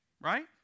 Right